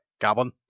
Goblin